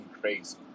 crazy